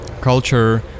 culture